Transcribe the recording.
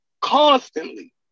Constantly